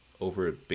over